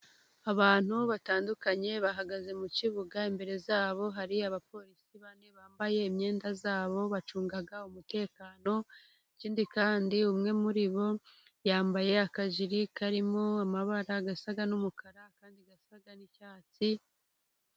Abantu batandukanye bahagaze mu kibuga, imbere yabo hari abaporisi bane bambaye imyenda yabo bacunga umutekano, ikindi kandi umwe muri bo yambaye akajire karimo amabara asa n'umukara, andi asa n'icyatsi.